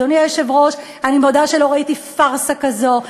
אדוני היושב-ראש, אני מודה שלא ראיתי פארסה כזאת.